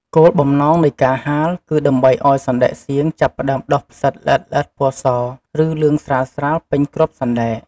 គោលបំណងនៃការហាល គឺដើម្បីឱ្យសណ្ដែកសៀងចាប់ផ្ដើមដុះផ្សិតល្អិតៗពណ៌ស ឬលឿងស្រាលៗពេញគ្រាប់សណ្ដែក។